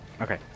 Okay